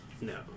No